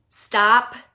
stop